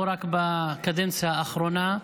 לא רק בקדנציה האחרונה.